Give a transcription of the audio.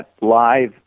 live